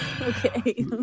Okay